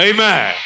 Amen